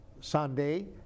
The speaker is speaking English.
Sunday